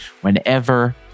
whenever